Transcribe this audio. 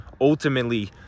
Ultimately